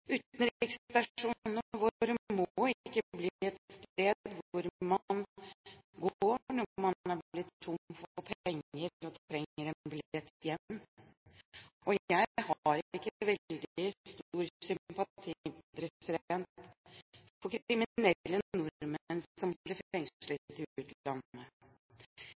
Utenriksstasjonene våre må ikke bli et sted man går når man er blitt tom for penger og trenger en billett hjem. Jeg har ikke